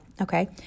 okay